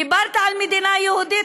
דיברת על מדינה יהודית?